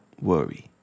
worry